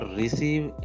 receive